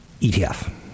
ETF